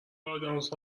ادامس